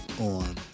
on